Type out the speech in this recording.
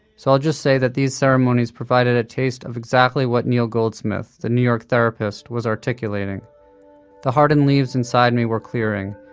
so i'll just say that these ceremonies provided a taste of exactly what neal goldsmith the new york therapist was articulating the hardened leaves inside me were clearing,